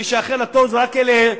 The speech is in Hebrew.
מי שיאחר לתור זה רק אלה,